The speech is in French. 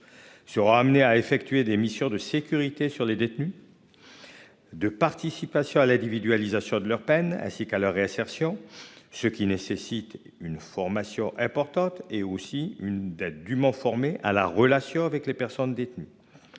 Sera amené à effectuer des missions de sécurité sur les détenus. De participation à l'individualisation de leur peine, ainsi qu'à leur réinsertion, ce qui nécessite une formation importante et aussi une date du Mans formés à la relation avec les personnes détenues.